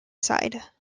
side